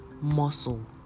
muscle